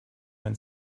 when